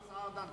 השר ארדן,